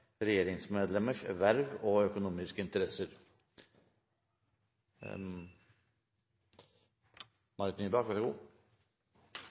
regjeringsmedlemmers verv og økonomiske interesser